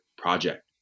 Project